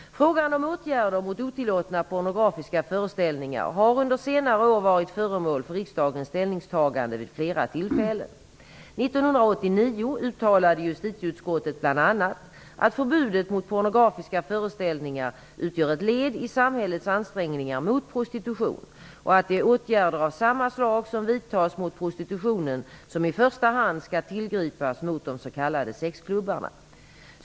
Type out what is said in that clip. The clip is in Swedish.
Frågan om åtgärder mot otillåtna pornografiska föreställningar har under senare år varit föremål för riksdagens ställningstagande vid flera tillfällen. År 1989 uttalade justitieutskottet bl.a. att förbudet mot pornografiska föreställningar utgör ett led i samhällets ansträngningar mot prostitution och att det är åtgärder av samma slag som vidtas mot prostitutionen som i första hand skall tillgripas mot de s.k. sexklubbarna.